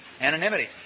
Anonymity